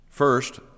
First